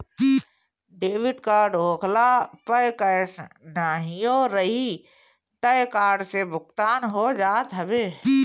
debit card होखला पअ cash नाहियो रही तअ कार्ड से भुगतान हो जात हवे